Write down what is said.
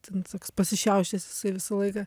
ten toks pasišiaušęs jisai visą laiką